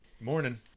morning